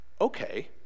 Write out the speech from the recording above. okay